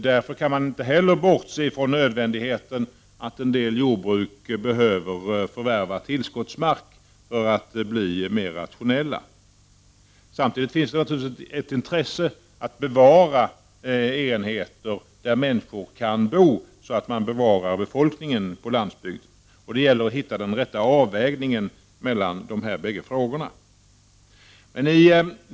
Därför kan man inte heller bortse från att en del jordbruk behöver förvärva tillskottsmark för att bli mer rationella. Samtidigt finns naturligtvis ett intresse att bevara enheter där människor kan bo, så att man bevarar befolkningen på landsbygden. Det gäller att hitta den rätta avvägningen mellan de här bägge frågorna.